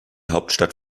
hauptstadt